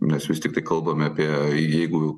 nes vis tiktai kalbame apie jeigu